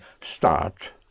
start